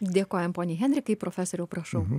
dėkojam poniai henrikai profesoriau prašau